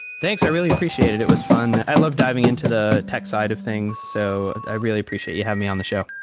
thanks. i really appreciate. it it was fun. i love diving into the tech side of things. so i really appreciate you having me on the show.